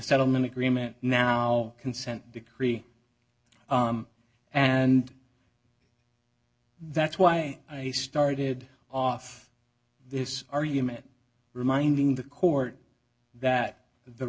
settlement agreement now consent decree and that's why i started off this argument reminding the court that the